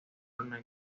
una